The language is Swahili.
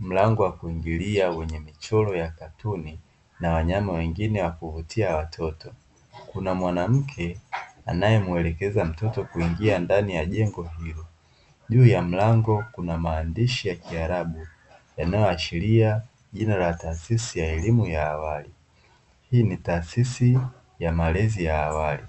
Mlango wa kuingilia kwenye michoro ya katuni na wanyama wengine wa kuvutia watoto. Kuna mwanamke anayemwelekeza mtoto kuingia ndani ya jengo hilo, juu ya mlango kuna maandishi ya kiarabu inayoashiria jina la taasisi ya elimu ya awali " hii ni taasisi ya malezi ya awali